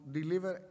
deliver